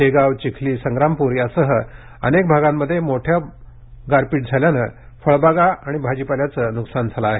शेगाव चिखली संग्रामप्र यासह अनेक भागांमध्ये मोठ्या बनवणार गारपीट झाल्याने फळबागा आणी भाजीपाल्याचे नुकसान झालं आहे